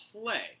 play